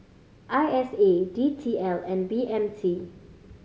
I S A D T L and B M T